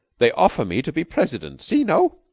they offer me to be president. see? no?